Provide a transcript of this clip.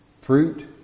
Fruit